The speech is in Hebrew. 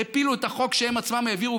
הפילו את החוק שהם עצמם העבירו.